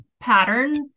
pattern